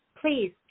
please